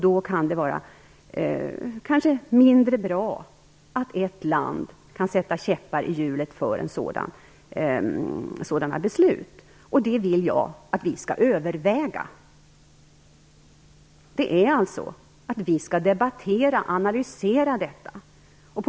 Då kan det vara mindre bra att ett land kan sätta käppar i hjulet för sådana beslut. Det vill jag att vi skall överväga. Vi skall debattera och analysera detta.